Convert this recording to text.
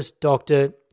doctor